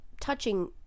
touching